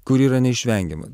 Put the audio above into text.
kuri yra neišvengiama